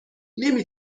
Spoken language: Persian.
نمی